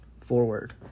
forward